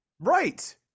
right